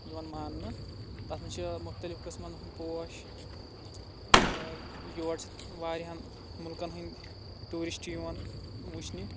یِوان ماننہٕ تَتھ منٛز چھِ مُختلف قٕسمَن ہٕنٛدۍ پوش یور چھِ واریاہَن مُلکَن ہٕنٛدۍ ٹوٗرِسٹ یِوان وٕچھنہِ